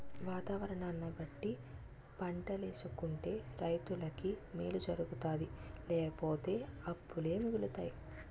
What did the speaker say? వాతావరణాన్ని బట్టి పంటలేసుకుంటే రైతులకి మేలు జరుగుతాది లేపోతే అప్పులే మిగులుతాయి